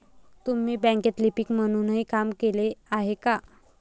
तुम्ही बँकेत लिपिक म्हणूनही काम केले आहे का?